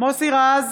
מוסי רז,